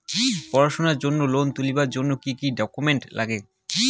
পড়াশুনার জন্যে লোন তুলির জন্যে কি কি ডকুমেন্টস নাগে?